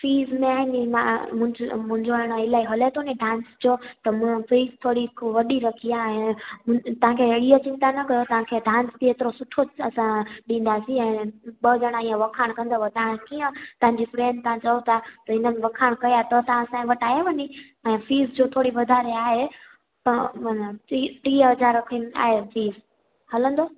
fees में आहे नी मां मुंहिजो मुंहिजो आहे न इलाही हले थो नी डांस जो त मां फीस थोरी वॾी रखी आहे ऐं तव्हांखे ईअं चिंता न कयो तव्हां डांस बि एतिरो सुठो असां ॾींदासीं ऐं ॿ ॼणा ईअं वाखाणि कंदव कीअं तव्हांजी फ्रैंड तव्हां चओ था त हिननि वखाणि कया त तव्हां असां वटि आयो न ऐं फीस जो थोरी वधारे आहे त मन फीस टीह हज़ार खनि आहे फीस हलंदो